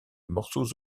morceaux